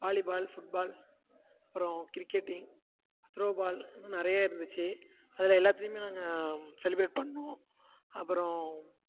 volleyball football அப்புறம் cricketing throwball இன்னும் நிறைய இருந்துச்சு அதில் எல்லாத்திலையுமே நாங்கள் செலிப்ரேட் பண்ணிணோம் அப்புறம்